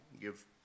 give